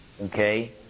Okay